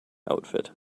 outfit